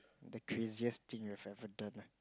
the craziest thing that you have ever done ah